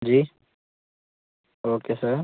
ji okay sir